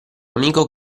amico